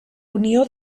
unió